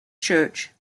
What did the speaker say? church